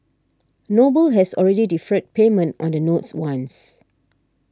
Noble has already deferred payment on the notes once